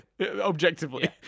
objectively